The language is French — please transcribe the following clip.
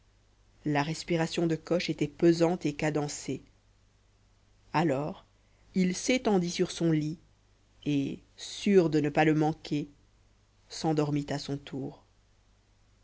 la respiration de coche était pesante et cadencée alors il s'étendit sur son lit et sûr de ne pas le manquer s'endormit à son tour